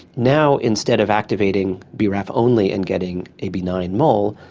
now instead of activating braf only and getting a benign mole,